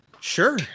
sure